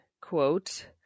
quote